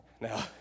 Now